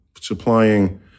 supplying